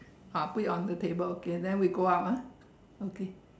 ah put it on the table okay then we go out ah okay